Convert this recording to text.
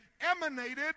emanated